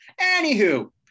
Anywho